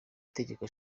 itegeko